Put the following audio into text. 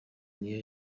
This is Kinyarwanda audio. niyo